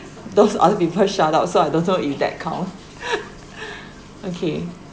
those other people shout out so I don't know if that count okay